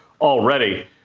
already